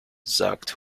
sagt